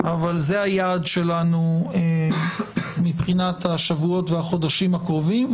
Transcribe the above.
אבל זה היעד שלנו מבחינת השבועות והחודשים הקרובים.